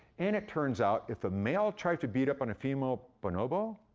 and it turns out if a male tries to beat up on a female bonobo,